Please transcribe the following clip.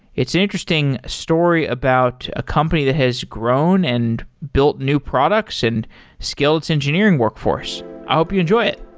it's an interesting story about a company that has grown and built new products and scaled its engineering workforce. i hope you enjoy it.